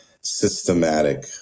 systematic